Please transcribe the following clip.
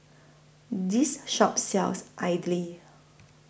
This Shop sells Idly